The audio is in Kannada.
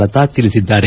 ಲತಾ ತಿಳಿಸಿದ್ದಾರೆ